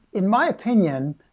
in my opinion,